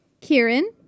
Kieran